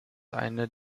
eine